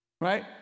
Right